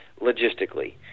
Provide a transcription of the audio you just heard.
logistically